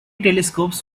telescopes